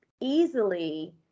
easily